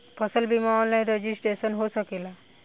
फसल बिमा online registration हो सकेला?